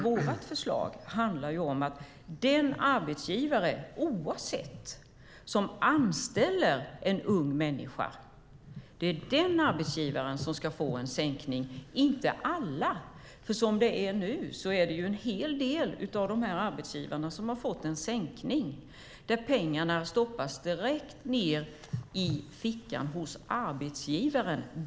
Vårt förslag handlar om att den arbetsgivare, oavsett vilken, som anställer en ung människa ska få en sänkning av arbetsgivaravgifterna, inte alla. Som det nu är har en hel del av dessa arbetsgivare fått en sänkning där pengarna stoppas direkt ned i fickan hos arbetsgivaren.